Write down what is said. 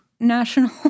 national